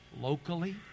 locally